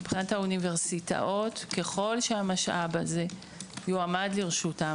מבחינת האוניברסיטאות ככל שהמשאב הזה יועמד לרשותן